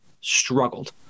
struggled